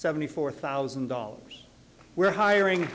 seventy four thousand dollars we're hiring